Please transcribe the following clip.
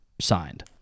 signed